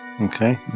Okay